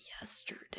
yesterday